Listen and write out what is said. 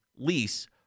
lease